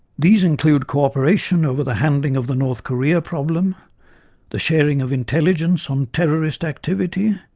these include cooperation over the handling of the north korea problem the sharing of intelligence on terrorist activity,